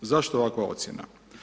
Zašto ovakva ocjena?